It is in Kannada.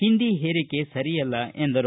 ಹಿಂದಿ ಹೇರಿಕೆ ಸರಿಯಲ್ಲ ಎಂದರು